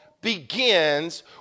begins